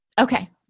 Okay